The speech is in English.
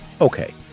Okay